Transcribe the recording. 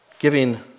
giving